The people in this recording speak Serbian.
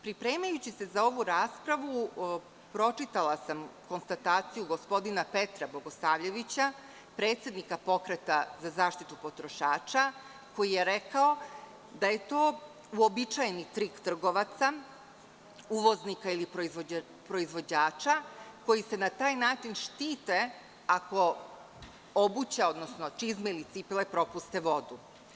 Pripremajući se za ovu raspravu, pročitala sam konstataciju gospodina Petra Bogosavljevića, predsednika Pokreta za zaštitu potrošača, koji je rekao da je to uobičajeni trik trgovaca, uvoznika ili proizvođača, koji se na taj način štite ako obuća odnosno čizme ili cipele propuste vodu.